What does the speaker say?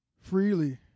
freely